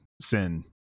sin